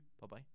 Bye-bye